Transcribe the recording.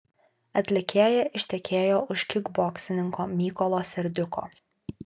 atlikėja ištekėjo už kikboksininko mykolo serdiuko